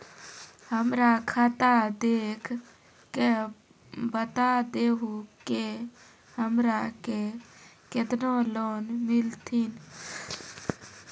हमरा खाता देख के बता देहु के हमरा के केतना लोन मिलथिन?